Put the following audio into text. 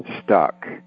stuck